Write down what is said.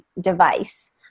device